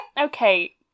Okay